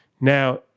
now